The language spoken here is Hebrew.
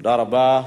תודה רבה.